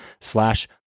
slash